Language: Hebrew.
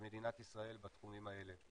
למדינת ישראל בתחומים האלה.